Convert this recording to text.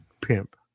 Pimp